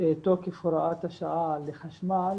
תוקף הוראת השעה לחשמל